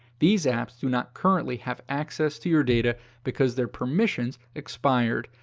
these apps do not currently have access to your data because their permissions expired.